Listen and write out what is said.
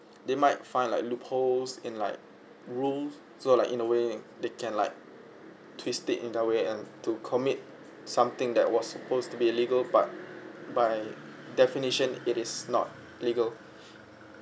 they might find like loopholes in like rules O like in a way they can like twist it in their way and to commit something that was supposed to be illegal but by definition it is not legal